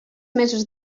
mesos